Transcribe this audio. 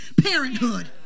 parenthood